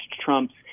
Trump's